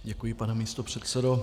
Děkuji, pane místopředsedo.